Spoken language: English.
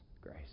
grace